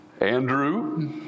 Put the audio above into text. Andrew